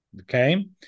okay